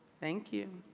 thank you.